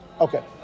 Okay